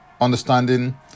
understanding